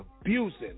abusing